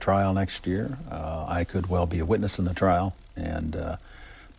a trial next year i could well be a witness in the trial and